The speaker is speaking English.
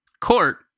court